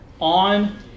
on